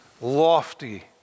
lofty